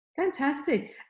Fantastic